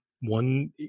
one